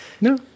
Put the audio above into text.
No